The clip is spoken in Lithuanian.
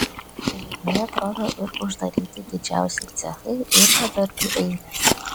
liūdnai atrodo ir uždaryti didžiausi cechai ir bedarbių eilės